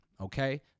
okay